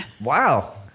Wow